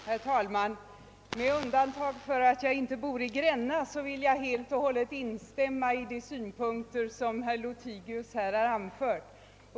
Herr talman! Även om jag inte bor i Gränna vill jag helt instämma i de synpunkter som herr Lothigius här har anfört.